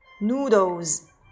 Noodles